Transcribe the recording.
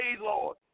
Lord